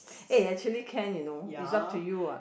eh actually can you know it's up to you what